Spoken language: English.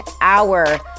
hour